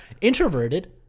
introverted